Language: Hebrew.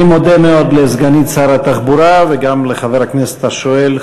אני מודה מאוד לסגנית שר התחבורה וגם לחבר הכנסת השואל,